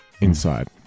inside